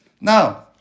Now